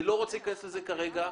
אני לא רוצה להיכנס לזה כרגע.